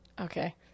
Okay